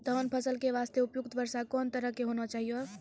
धान फसल के बास्ते उपयुक्त वर्षा कोन तरह के होना चाहियो?